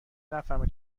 نفهمه